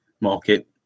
market